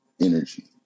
energy